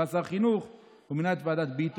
כשהוא היה שר חינוך הוא מינה את ועדת ביטון,